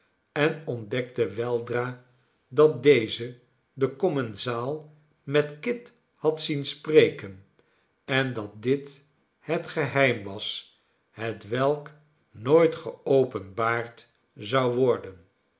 en ontdekte weldra dat deze den commensaal met kit had zien spreken en dat dit het geheim was hetwelk nooit geopenbaard zou worden